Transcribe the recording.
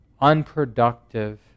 unproductive